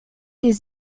les